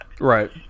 Right